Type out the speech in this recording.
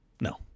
No